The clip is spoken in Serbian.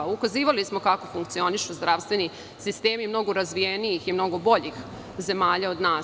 Ukazivali smo na to kako funkcionišu zdravstveni sistemi mnogo razvijenijih i mnogo boljih zemalja od nas.